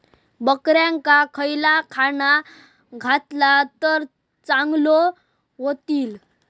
बकऱ्यांका खयला खाणा घातला तर चांगल्यो व्हतील?